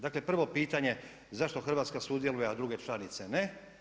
Dakle prvo pitanje zašto Hrvatska sudjeluje a druge članice ne?